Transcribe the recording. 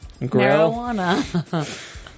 marijuana